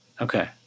Okay